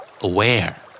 Aware